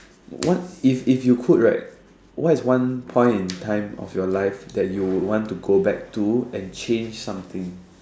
what if if you could right what is one point in life you would want to go back to and change something